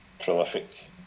prolific